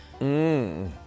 Mmm